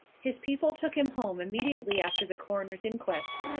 his people took him home immediately after the coroner's inquest,